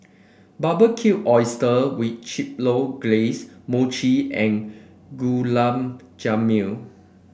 Barbecued Oyster with Chipotle Glaze Mochi and Gulab Jamun